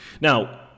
Now